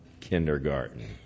kindergarten